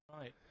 Right